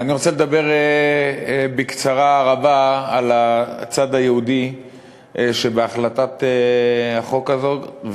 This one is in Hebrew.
אני רוצה לדבר בקצרה רבה על הצד היהודי שבהחלטת החוק הזאת,